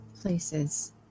places